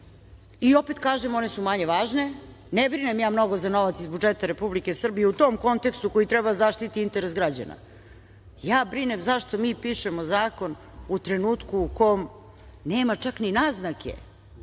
Opet kažem, one su manje važne. Ne brinem ja mnogo za novac iz budžeta Republike Srbije u tom kontekstu koji treba da zaštiti interes građana, ja brinem zašto mi pišemo zakon u trenutku u kom nema čak ni naznake